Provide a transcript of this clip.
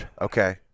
Okay